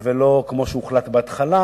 ולא כמו שהוחלט בהתחלה,